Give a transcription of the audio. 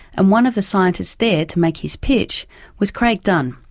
and one of the scientists there to make his pitch was craig dunne,